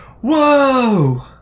Whoa